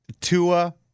Tua